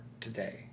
today